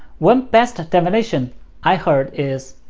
one best definition i heard is,